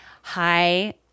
hi